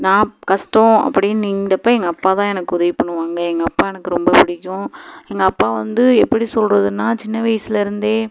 நான் கஸ்டம் அப்படின்னு நின்றப்ப எங்கள் அப்பா தான் எனக்கு உதவி பண்ணுவாங்கள் எங்கள் அப்பா எனக்கு ரொம்ப பிடிக்கும் எங்கள் அப்பா வந்து எப்படி சொல்கிறதுன்னா சின்ன வயசுலேயிருந்தே